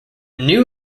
new